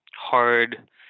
hard